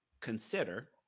consider